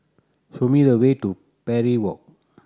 show me the way to Parry Walk